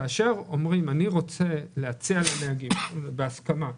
כאשר אומרים: אני רוצה להציע לנהגים, בהסכמה,